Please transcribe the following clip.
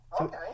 okay